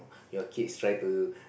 your kids try to